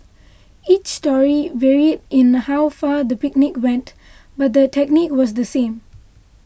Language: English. each story varied in how far the picnic went but the technique was the same